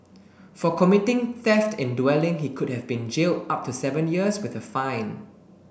for committing theft in dwelling he could have been jailed up to seven years with a fine